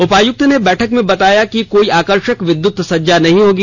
उपायुक्त ने बैठक में बताया कि कोई आकर्षक विध्यत सज्जा नहीं होगी